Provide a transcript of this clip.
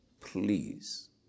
Please